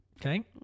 Okay